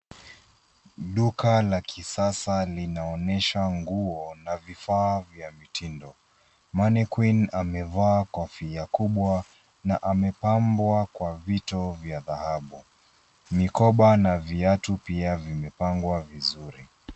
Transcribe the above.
Duka la kisasa linaonyesha nguo na vifaa vya mitindo, mannequin amevaa kofia kubwa na amepambwa kwa vitu vya dhahabu, mikoba na viatu pia zimepangwa vizuri.